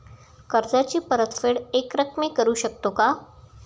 कर्जाची परतफेड एकरकमी करू शकतो का?